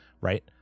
right